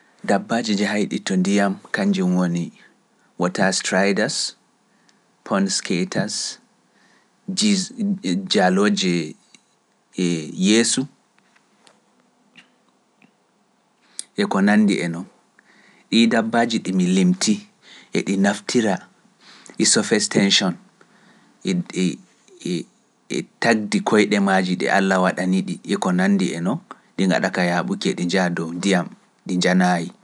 Dabbaaj njahayɗi to ndiyam kannjum woni, water striders, funs sketers, geese jaalooje eh je yeeso e ko nandi e non, ɗi dabbaaji ɗi mi limti e ɗi naftira e surface tension e, e e tagdi koyɗe maaji ndi Allah waɗani-ɗi e ko nanndi e non. Ɗi ngaɗa ka yaaɓuki e ɗi njaha dow ndiyam ɗi njanaayi.